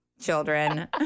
children